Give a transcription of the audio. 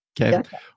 Okay